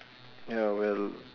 ya well